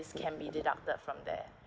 can be deducted from there